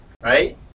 Right